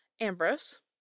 Ambrose